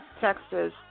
Texas